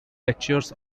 lectures